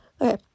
Okay